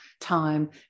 time